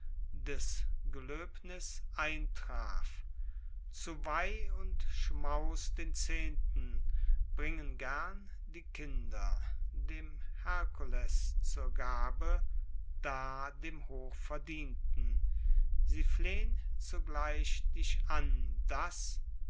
des geloebnis eintraf zu weih und schmaus den zehnten bringen gern die kinder dem hercoles zur gabe dar dem hochverdienten sie flehn zugleich dich an dass